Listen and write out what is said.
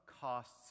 costs